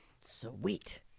Sweet